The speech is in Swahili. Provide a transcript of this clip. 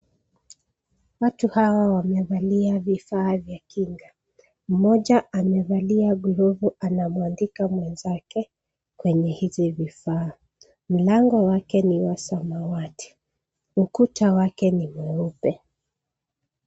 Watu hawa wamevalia vifaa vya kinga. Mmoja amevalia glavu anamwandika mwenzake kwenye hizi vifaa. Mlango wake ni wa samawati, ukuta wake ni mweupe.